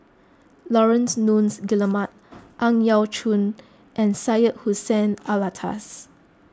Laurence Nunns Guillemard Ang Yau Choon and Syed Hussein Alatas